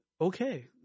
Okay